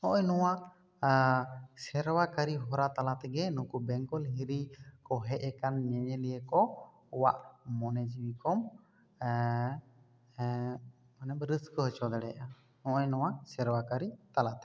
ᱦᱚᱜᱼᱚᱭ ᱱᱚᱣᱟ ᱥᱮᱨᱣᱭᱟ ᱠᱟᱹᱨᱤ ᱦᱚᱨᱟ ᱛᱟᱞᱟ ᱛᱮᱜᱮ ᱱᱩᱠᱩ ᱵᱮᱝᱜᱚᱞ ᱦᱤᱨᱤ ᱠᱚ ᱦᱮᱡ ᱟᱠᱟᱱ ᱧᱮᱧᱮᱞᱤᱭᱟᱹ ᱠᱚ ᱠᱚᱣᱟᱜ ᱢᱚᱱᱮ ᱡᱤᱣᱤ ᱠᱚᱢ ᱚᱱᱮ ᱵᱚ ᱨᱟᱹᱥᱠᱟᱹ ᱦᱚᱪᱚ ᱫᱟᱲᱮᱭᱟᱜᱼᱟ ᱦᱚᱜᱼᱚᱭ ᱱᱚᱭᱟ ᱥᱮᱨᱣᱟ ᱠᱟᱹᱨᱤ ᱛᱟᱞᱟ ᱛᱮ